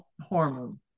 hormone